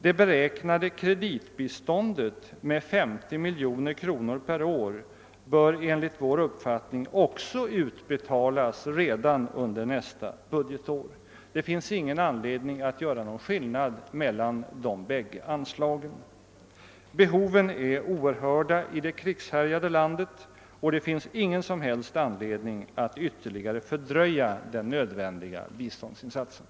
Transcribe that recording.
Det beräknade kreditbiståndet med 50 miljoner kronor Per år bör enligt vår uppfattning också utbetalas redan under nästa budgetår. Det finns ingen anledning att göra någon skillnad mellan de båda anslagen. Behoven är oerhörda i det krigshärjade landet, och det finns ingen som helst anledning att ytterligare fördröja den nödvändiga biståndsinsatsen.